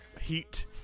heat